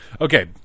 Okay